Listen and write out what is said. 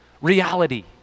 reality